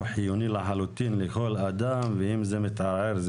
חיוני לחלוטין לכל אדם ואם זה מתערער,